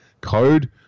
code